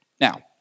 Now